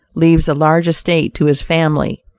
leaves a large estate to his family.